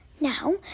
Now